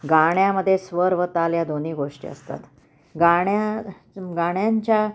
गाण्यामध्ये स्वर व ताल या दोन्ही गोष्टी असतात गाण्या गाण्यांच्या